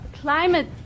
climate